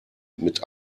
mit